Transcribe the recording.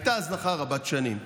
הייתה הזנחה רבת שנים.